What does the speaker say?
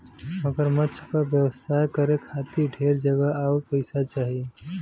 मगरमच्छ क व्यवसाय करे खातिर ढेर जगह आउर पइसा चाही